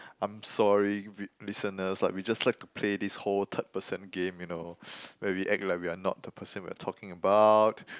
I'm sorry listeners like we just like to play this whole third person game you know where we act like we are not the person we are talking about